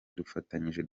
dufatanyije